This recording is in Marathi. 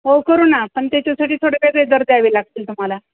हो करू ना पण त्याच्यासाठी थोडं वेगळे दर द्यावे लागतील तुम्हाला